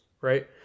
right